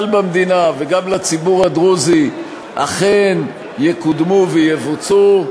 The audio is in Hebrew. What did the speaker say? במדינה וגם לציבור הדרוזי אכן יקודמו ויבוצעו,